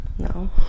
No